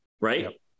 right